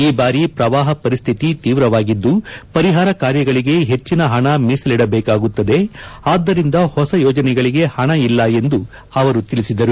ಈ ಬಾರಿ ಪ್ರವಾಹ ಪರಿಸ್ಥಿತಿ ತೀವ್ರವಾಗಿದ್ದು ಪರಿಹಾರ ಕಾರ್ಯಗಳಿಗೆ ಹೆಚ್ಚಿನ ಹಣ ಮೀಸಲಿಡಬೇಕಾಗುತ್ತದೆ ಆದ್ದರಿಂದ ಹೊಸ ಯೋಜನೆಗಳಿಗೆ ಪಣ ಇಲ್ಲ ಎಂದು ಅವರು ತಿಳಿಸಿದರು